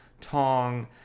Tong